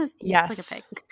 Yes